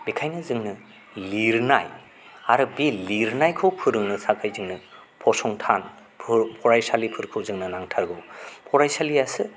बेनिखायनो जोंनो लिरनाय आरो बे लिरनायखौ फोरोंनो थाखाय जोंनो फसंथान फरायसालिफोरखौ जोंनो नांथारगौ फरायसालिआसो